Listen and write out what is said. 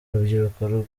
urubyiruko